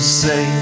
say